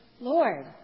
Lord